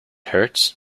hurts